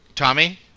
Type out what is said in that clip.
Tommy